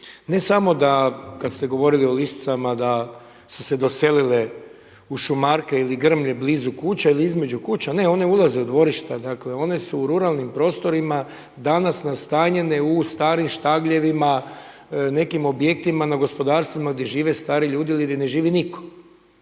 Ne samo da kada ste govorili o lisicama da su se doselile u šumarke ili grmlje blizu kuća ili između kuća, ne, one ulaze u dvorišta dakle one su u ruralnim prostorima danas nastanjene u starim štagljevima, nekim objektima na gospodarstvima gdje žive stari ljudi ili gdje ne živi nitko.